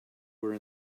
were